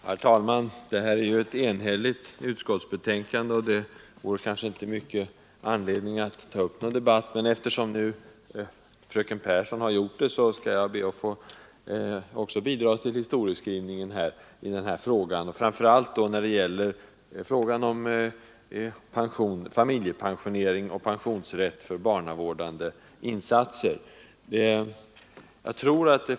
Herr talman! Vi behandlar nu ett enhälligt utskottsbetänkande, och det finns därför inte så stor anledning att ta upp en debatt. Men eftersom fröken Pehrsson ändå har gjort det, skall jag också be att få bidra till historieskrivningen, framför allt när det gäller frågan om familjepensioneringen och pensionsrätt för barnavårdande insatser.